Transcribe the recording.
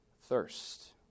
thirst